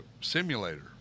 simulator